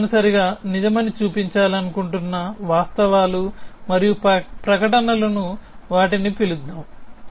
మీరు తప్పనిసరిగా నిజమని చూపించాలనుకుంటున్న వాస్తవాలు మరియు ప్రకటనలను వాటిని పిలుద్దాం